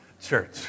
Church